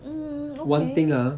mm okay